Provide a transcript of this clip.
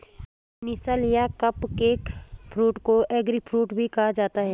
canistel या cupcake fruit को eggfruit भी कहा जाता है